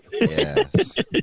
yes